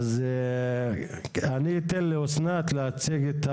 אז אני אתן לאסנת להציג.